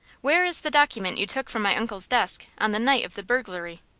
where is the document you took from my uncle's desk on the night of the burglary?